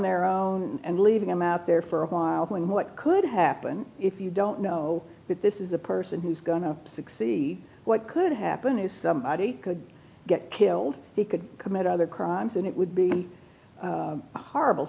their own and leaving them out there for a while what could happen if you don't know that this is a person who's going to succeed what could happen if somebody could get killed he could commit other crimes and it would be horrible